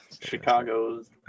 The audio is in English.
Chicago's